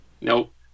Nope